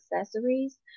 Accessories